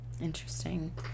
Interesting